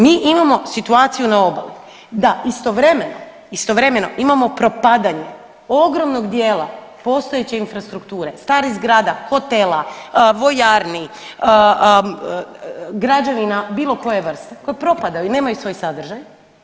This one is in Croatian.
Mi imamo situaciju na obali da istovremeno, istovremeno imamo propadanje ogromnog dijela postojeće infrastrukture, starih zgrada, hotela, vojarni, građevina bilo koje vrste, koje propadaju, nemaju svoj sadržaj.